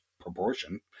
proportion